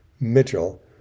Mitchell